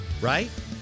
Right